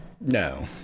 No